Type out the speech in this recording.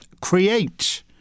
create